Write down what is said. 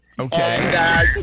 Okay